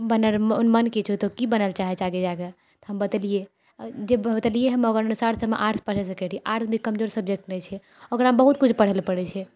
बनै रऽ मन की छौ की तोँ की बनैलए चाहै छै आगे जाकऽ हम बतेलिए जे बतेलिए हम ओकरे अनुसार हमरा आर्ट्स पढ़ै सकै रहिए आर्ट्स भी कमजोर सब्जेक्ट नहि छै ओकरामे बहुत किछु पढ़ैलए पड़ै छै